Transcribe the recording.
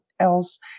else